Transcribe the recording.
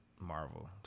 Marvel